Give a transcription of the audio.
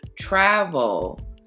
travel